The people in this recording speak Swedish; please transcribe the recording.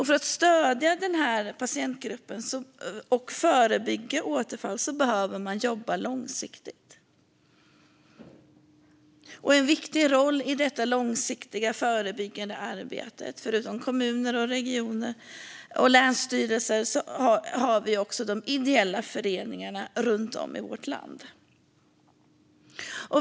För att stödja denna patientgrupp och förebygga återfall behöver man jobba långsiktigt. En viktig roll i detta långsiktiga förebyggande arbete, förutom det arbete som görs av kommuner, regioner och länsstyrelser, har de ideella föreningarna runt om i vårt land.